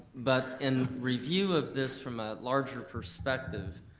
but in review of this from a larger perspective,